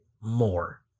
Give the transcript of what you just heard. more